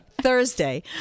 Thursday